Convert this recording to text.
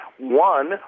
One